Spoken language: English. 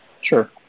Sure